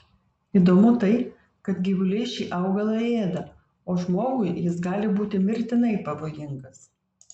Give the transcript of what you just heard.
įdomu tai kad gyvuliai šį augalą ėda o žmogui jis gali būti mirtinai pavojingas